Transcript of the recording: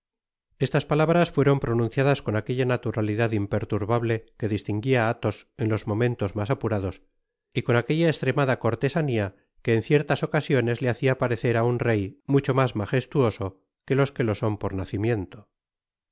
esta palabras fueron pronunciadas con aquella naturalidad imperturbable que distinguía á athos en los momentos mas apurados y con aquella eatréf mada cortesanía que en ciertas ocasiones le hacia parecer á un rey mucho mas majestuoso que los que lo son por nacimiento